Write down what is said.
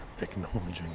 acknowledging